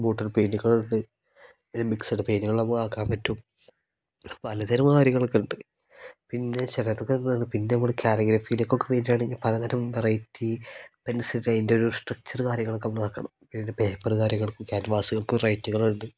ബോട്ടിൽ പെയിൻറ്റുകൾ ഉണ്ട് പിന്നെ മിക്സഡ് പെയിൻന്റ്റുകൾ നമ്മൾ ആക്കാൻ പറ്റും പലതരം കാര്യങ്ങളൊക്കെ ഉണ്ട് പിന്നെ ചിലതൊക്കെ എന്താണ് പിന്നെ നമ്മൾ കാലിഗ്രഫീലേക്കൊക്കെ വരുകയാണെങ്കിൽ പലതരം വെറൈറ്റി പെൻസില് അതിൻ്റെ ഒരു സ്ട്രക്ച്ചറ് കാര്യങ്ങളൊക്കെ നമ്മൾ ആക്കണം പിന്നെ പേപ്പറ് കാര്യങ്ങൾക്കും ക്യാൻവാസുകൾക്കും റൈറ്റുകളുണ്ട്